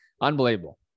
unbelievable